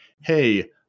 hey